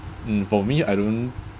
mm for me I don't